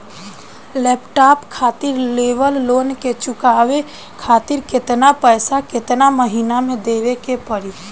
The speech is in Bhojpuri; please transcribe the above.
लैपटाप खातिर लेवल लोन के चुकावे खातिर केतना पैसा केतना महिना मे देवे के पड़ी?